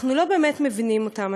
אנחנו לא באמת מבינים אותם.